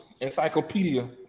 Encyclopedia